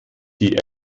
die